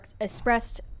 expressed